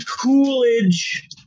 Coolidge